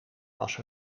was